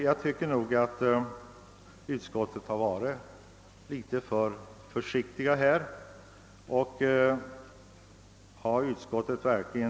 Jag tycker nog att utskottet härvidlag varit litet för försiktigt.